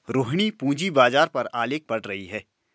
रोहिणी पूंजी बाजार पर आलेख पढ़ रही है